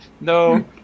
No